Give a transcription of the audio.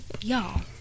Y'all